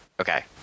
Okay